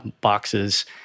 boxes